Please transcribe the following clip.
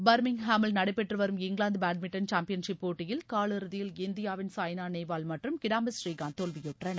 பர்மிங்ஹாமில் நடைபெற்று வரும் இங்கிலாந்து பேட்மின்டன் சாம்பியன்ஷிப் போட்டியில் காலிறுதியில் இந்தியாவின் சாய்னா நேவால் மற்றும் கிடாம்பி ஸ்ரீகாந்த் தோல்வியுற்றனர்